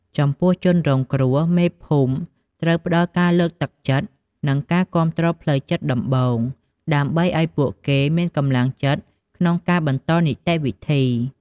ចំពោះជនរងគ្រោះ មេភូមិត្រូវផ្ដល់ការលើកទឹកចិត្ត និងការគាំទ្រផ្លូវចិត្តដំបូង ដើម្បីឲ្យពួកគេមានកម្លាំងចិត្តក្នុងការបន្តនីតិវិធី។